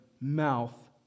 mouth